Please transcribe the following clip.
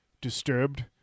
disturbed